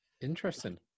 Interesting